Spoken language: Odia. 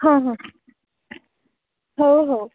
ହଁ ହଁ ହଉ ହଉ